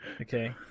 Okay